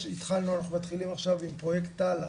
אנחנו מתחילים עכשיו עם פרויקט תל"א,